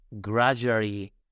gradually